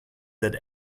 that